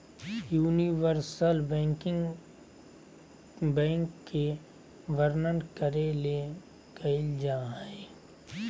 universal banking bank के वर्णन करे ले कइल जा हइ